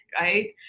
right